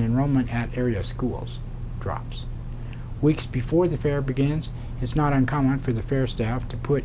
enrollment at area schools drops weeks before the fair begins is not uncommon for the fair staff to put